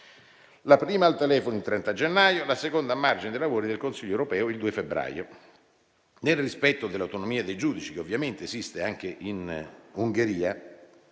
la prima al telefono il 30 gennaio, la seconda a margine dei lavori del Consiglio europeo il 2 febbraio. Nel rispetto dell'autonomia dei giudici, che ovviamente esiste anche in Ungheria,